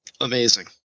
amazing